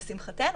לשמחתנו,